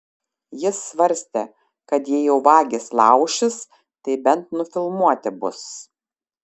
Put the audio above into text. jis svarstė kad jei jau vagys laušis tai bent nufilmuoti bus